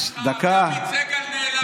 עמית סגל נעלב ממך.